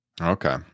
Okay